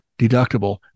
deductible